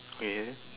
okay